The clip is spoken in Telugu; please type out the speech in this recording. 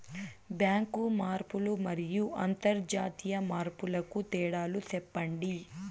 బ్యాంకు మార్పులు మరియు అంతర్జాతీయ మార్పుల కు తేడాలు సెప్పండి?